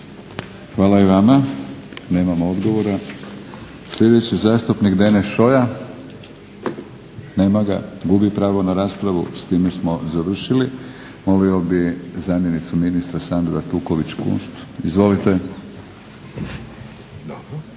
Hvala i vama. Nemamo odgovora. Sljedeći zastupnik Deneš Šoja. Nema ga, gubi pravo na raspravu. S time smo završili. Molio bih zamjenicu ministra Sandru Artuković-Kunšt. Izvolite.